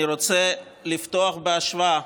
אני רוצה לפתוח בהשוואה,